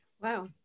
Wow